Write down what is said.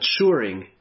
maturing